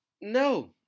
no